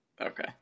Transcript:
Okay